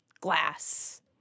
glass